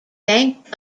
thank